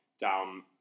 down